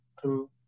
true